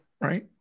right